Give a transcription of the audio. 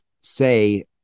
say